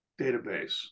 database